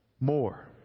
more